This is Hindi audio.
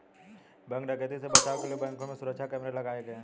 बैंक डकैती से बचाव के लिए बैंकों में सुरक्षा कैमरे लगाये गये